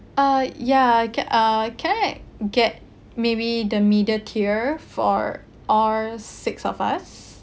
uh yeah ca~ uh can I get maybe the middle tier for all six of us